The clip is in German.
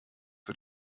für